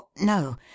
no